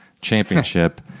championship